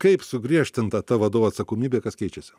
kaip sugriežtinta ta vadovo atsakomybė kas keičiasi